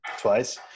twice